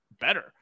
better